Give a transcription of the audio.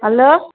hello